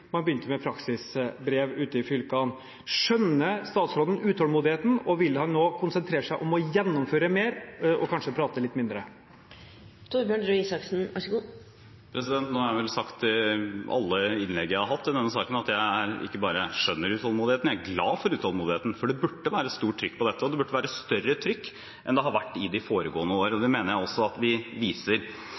man begynte med praksisbrev i fylkene. Skjønner statsråden utålmodigheten, og vil han nå konsentrere seg om å gjennomføre mer, og kanskje prate litt mindre? Nå har jeg vel i alle innleggene jeg har hatt i denne saken, sagt at jeg ikke bare skjønner utålmodigheten, jeg er glad for utålmodigheten, for det burde vært et stort trykk på dette, og det burde være større trykk enn det har vært de foregående år. Det mener jeg også at vi viser.